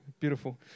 beautiful